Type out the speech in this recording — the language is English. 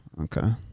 okay